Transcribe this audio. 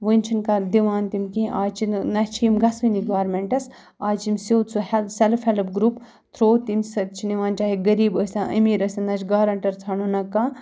وۄنۍ چھِنہٕ کانٛہہ دِوان تہِ نہٕ کِہیٖنۍ اَز چھِنہٕ نہ چھِ یِم گژھٲنی گورمٮ۪نٛٹَس اَز چھِ یِم سیوٚد سُہ ہٮ۪ل سٮ۪لٕف ہٮ۪لٕپ گرُپ تھرٛوٗ تمہِ سۭتۍ چھِ نِوان چاہے غریٖب ٲسۍ تَن أمیٖر ٲسۍ تَن نہ چھِ گارَنٹَر ژھانڈان نہ کانٛہہ